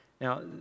Now